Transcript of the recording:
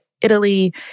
Italy